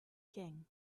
king